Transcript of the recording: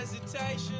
hesitation